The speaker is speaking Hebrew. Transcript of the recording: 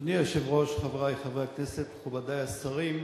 אדוני היושב-ראש, חברי חברי הכנסת, מכובדי השרים,